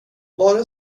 vare